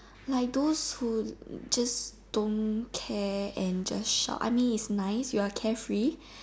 like those who just don't care and just shout I mean is nice you're carefree